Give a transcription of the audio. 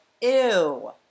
ew